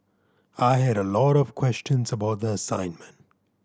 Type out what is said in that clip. I had a lot of questions about the assignment